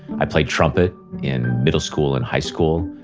i played trumpet in middle school and high school,